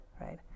right